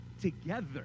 together